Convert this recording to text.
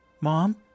Mom